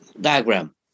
diagram